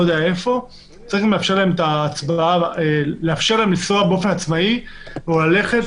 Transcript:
צריך לאפשר להם לנסוע באופן עצמאי או ללכת